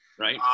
right